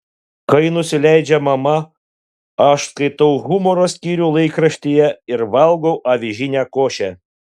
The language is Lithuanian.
kai nusileidžia mama aš skaitau humoro skyrių laikraštyje ir valgau avižinę košę